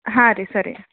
ಹಾಂ ರೀ ಸರಿ